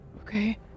Okay